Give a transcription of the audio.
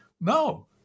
no